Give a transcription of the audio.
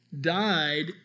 died